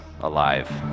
Alive